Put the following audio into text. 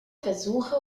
versuche